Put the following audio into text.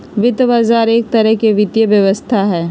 वित्त बजार एक तरह से वित्तीय व्यवस्था हई